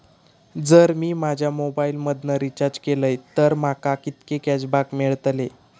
जर मी माझ्या मोबाईल मधन रिचार्ज केलय तर माका कितके कॅशबॅक मेळतले?